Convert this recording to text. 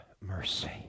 mercy